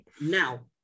Now